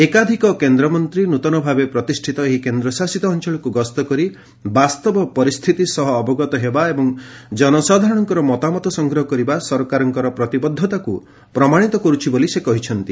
ଏକାଧିକ କେନ୍ଦ୍ରମନ୍ତ୍ରୀ ନୃତନ ଭାବେ ପ୍ରତିଷ୍ଠିତ ଏହି କେନ୍ଦ୍ରଶାସିତ ଅଞ୍ଚଳକୁ ଗସ୍ତ କରି ବାସ୍ତବ ପରିସ୍ଥିତି ସହ ଅବଗତ ହେବା ଏବଂ ଜନସାଧାରଣଙ୍କର ମତାମତ ସଂଗ୍ହ କରିବା ସରକାରଙ୍କର ପ୍ରତିବଦ୍ଧତାକୁ ପ୍ରମାଣିତ କରୁଛି ବୋଲି ସେ କହିଛନ୍ତି